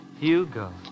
Hugo